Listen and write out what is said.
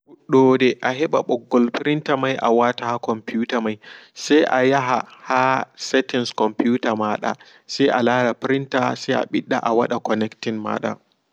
Fuddode aheɓa ɓoggol printer mai awata ha komputer mai se ayaha ha setting komputer mada se alara printer se aɓidda awada connecting maga.